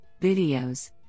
videos